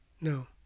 No